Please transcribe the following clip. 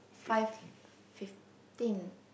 five fifteen